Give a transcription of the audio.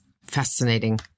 fascinating